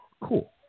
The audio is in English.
Cool